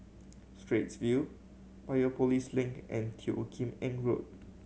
Straits View Biopolis Link and Teo Kim Eng Road